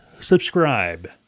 Subscribe